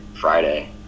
Friday